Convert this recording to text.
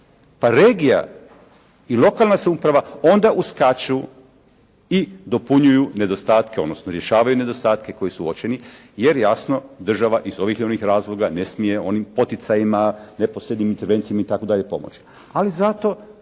Pa regija i lokalna samouprava onda uskaču i dopunjuju nedostatke, odnosno rješavaju nedostatke koji su uočeni, jer jasno država iz ovih ili onih razloga ne smije onim poticajima, neposrednim intervencijama itd. pomoći.